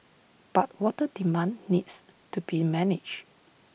but water demand needs to be managed